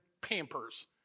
Pampers